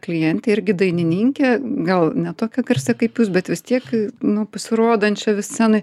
klientė irgi dainininkė gal ne tokia garsią kaip jūs bet vis tiek nu pasirodančią vis scenoj